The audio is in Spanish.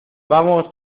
vamos